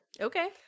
Okay